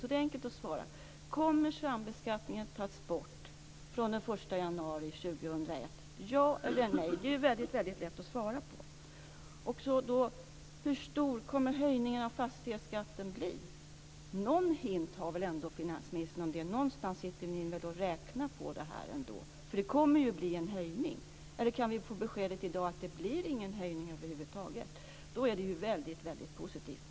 Det är väldigt lätt att svara på frågan: Kommer sambeskattningen att tas bort från den 1 januari 2001? Ja eller nej? Hur stor kommer höjningen av fastighetsskatten att bli? Någon hint har väl finansminister om det. Ni sitter väl och räknar på det någonstans, för det kommer att bli en höjning. Eller kan vi få beskedet i dag att det inte blir någon höjning över huvud taget? Då är det väldigt positivt.